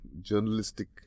journalistic